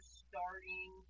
starting